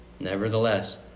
Nevertheless